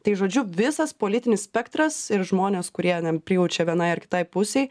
tai žodžiu visas politinis spektras ir žmonės kurie na prijaučia vienai ar kitai pusei